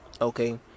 Okay